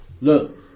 look